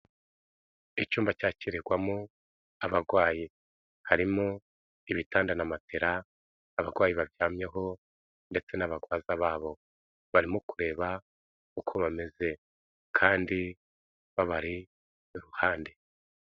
Icyumba cyakigwamo abarwayi, harimo ibitanda na matela abarwayi baryamyeho ndetse n'abarwaza babo, barimo kureba uko bameze kandi babari iruhande.